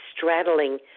straddling